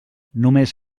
només